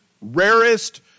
rarest